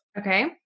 Okay